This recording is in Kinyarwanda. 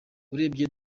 urebye